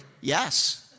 Yes